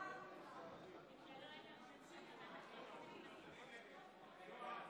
להלן תוצאות ההצבעה: בעד,